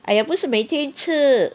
!aiya! 不是每天吃